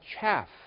chaff